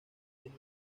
tiene